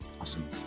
Awesome